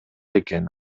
экен